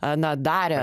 aną darę